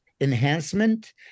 enhancement